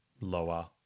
lower